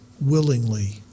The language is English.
willingly